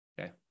Okay